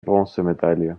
bronzemedaille